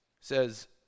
says